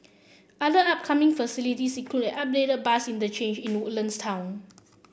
other upcoming facilities include an upgraded bus interchange in Woodlands town